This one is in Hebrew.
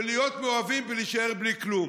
ולהיות מאוהבים ולהישאר בלי כלום".